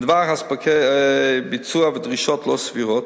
בדבר הספקי ביצוע ודרישות לא סבירות,